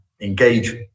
engage